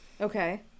Okay